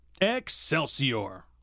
Excelsior